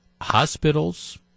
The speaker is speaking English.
hospitals